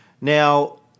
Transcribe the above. Now